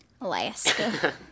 alaska